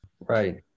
right